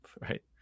right